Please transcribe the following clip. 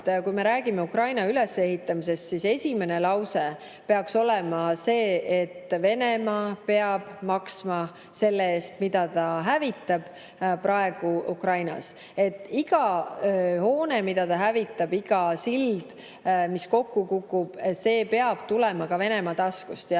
kui me räägime Ukraina ülesehitamisest, siis esimene lause peaks olema see, et Venemaa peab maksma selle eest, mida ta praegu Ukrainas hävitab. Iga hoone, mille ta hävitab, iga sild, mis kokku kukub, peab tulema Venemaa taskust ja